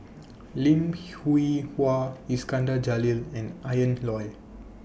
Lim Hwee Hua Iskandar Jalil and Ian Loy